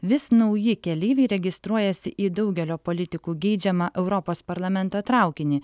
vis nauji keleiviai registruojasi į daugelio politikų geidžiamą europos parlamento traukinį